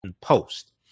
Post